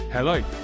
Hello